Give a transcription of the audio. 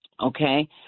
okay